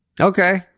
Okay